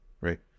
right